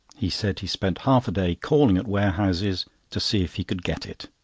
he said he spent half-a-day calling at warehouses to see if he could get it.